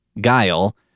Guile